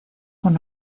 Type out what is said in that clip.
con